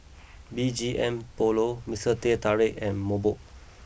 B G M Polo Mister Teh Tarik and Mobot